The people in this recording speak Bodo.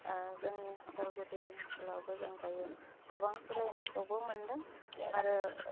जोंनि उदालगुरि ओनसोलावबो जों दायो गोबां सोलायनायखौबो मोन्दों आरो